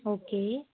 okay